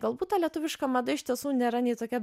galbūt ta lietuviška mada iš tiesų nėra nei tokia